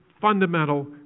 fundamental